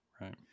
Right